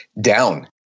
down